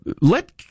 Let